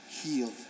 healed